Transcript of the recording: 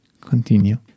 continue